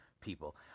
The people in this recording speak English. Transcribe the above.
people